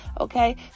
Okay